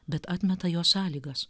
bet atmeta jo sąlygas